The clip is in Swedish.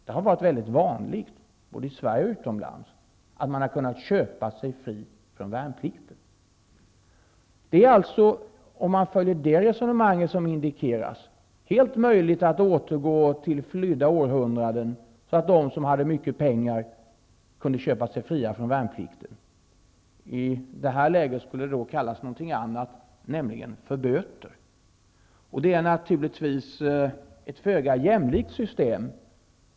Det har varit väldigt vanligt, både i Sverige och utomlands, att man har kunnat köpa sig fri från värnplikten. Om man följer det som här indikeras får vi återgå till flydda århundraden. De som hade mycket pengar kunde köpa sig fria från värnplikten. Men i det här läget skulle det kallas för någonting annat, nämligen för böter. Det är naturligtvis ett föga jämlikt system.